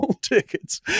tickets